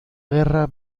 guerra